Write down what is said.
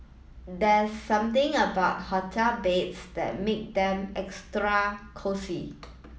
there's something about hotel beds that make them extra cosy